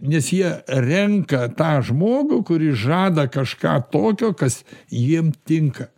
nes jie renka tą žmogų kuris žada kažką tokio kas jiem tinka